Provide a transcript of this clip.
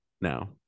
now